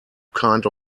kind